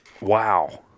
Wow